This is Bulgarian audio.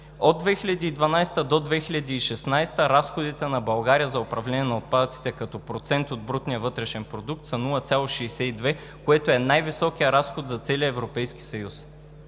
От 2012 г. до 2016 г. разходите на България за управление на отпадъците като процент от брутния вътрешен продукт са 0,62, което е най-високият разход за целия Европейски съюз.